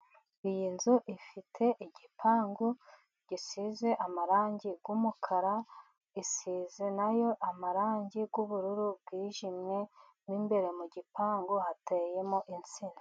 Iyi nzu ifite igipangu gisize amarangi y'umukara, isize nayo amarangi y'ubururu bwijimye, mo imbere mu gipangu hateyemo insina.